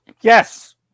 Yes